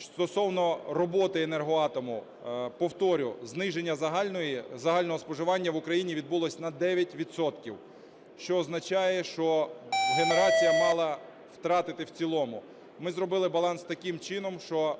Стосовно роботи "Енергоатому". Повторю, зниження загального споживання в Україні відбулося на 9 відсотків, що означає, що генерація мала втратити в цілому. Ми зробили баланс таким чином, що